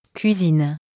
Cuisine